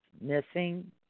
missing